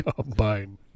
combine